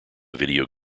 video